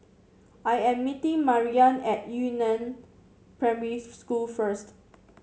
I am meeting Merilyn at Yu Neng Primary School first